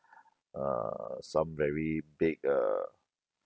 err some very big err